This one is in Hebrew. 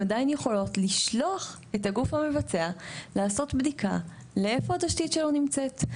לשלוח את הגוף המבצע לעשות בדיקה לאיפה התשתית שלו נמצאת.